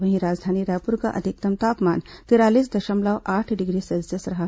वहीं राजधानी रायपुर का अधिकतम तापमान तिरालीस दशमलव आठ डिग्री सेल्सियस रहा